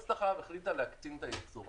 מועצת החלב החליטה להקטין את הייצור.